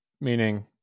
meaning